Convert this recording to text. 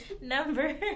Number